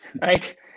Right